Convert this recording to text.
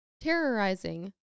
terrorizing